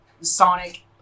Sonic